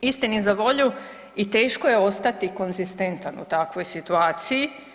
Istini za volju i teško je ostati konzistentan u takvoj situaciji.